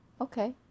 okay